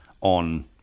on